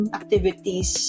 activities